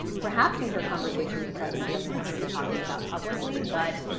perhaps these are conversations the president does not want him talking about publicly. but